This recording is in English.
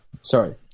Sorry